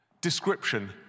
Description